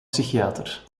psychiater